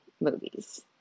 movies